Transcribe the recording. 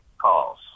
calls